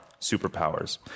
superpowers